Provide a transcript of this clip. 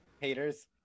Haters